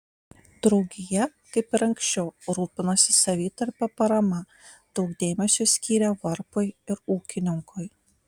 draugija kaip ir anksčiau rūpinosi savitarpio parama daug dėmesio skyrė varpui ir ūkininkui